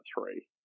three